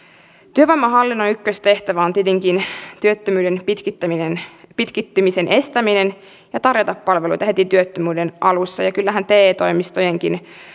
työvoimahallinnon ykköstehtävä on tietenkin työttömyyden pitkittymisen estäminen ja tarjota palveluita heti työttömyyden alussa kyllähän te toimistojenkin